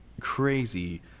crazy